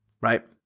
right